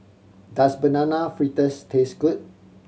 does Banana Fritters taste good